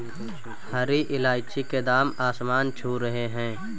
हरी इलायची के दाम आसमान छू रहे हैं